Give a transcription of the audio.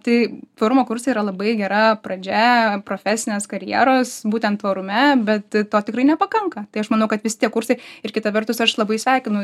tai pirma kursai yra labai gera pradžia profesinės karjeros būtent tvarume bet to tikrai nepakanka tai aš manau kad visi tie kursai ir kita vertus aš labai sveikinu